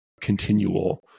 continual